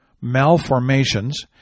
malformations